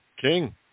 King